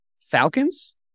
Falcons